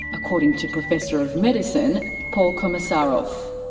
according to professor of medicine paul komesaroff.